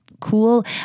cool